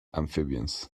amphibians